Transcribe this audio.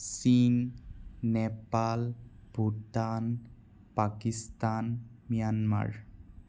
চীন নেপাল ভূটান পাকিস্তান ম্যানমাৰ